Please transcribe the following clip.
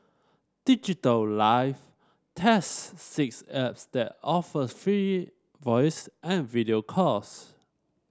Digital Life tests six apps that offer free voice and video calls